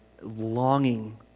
longing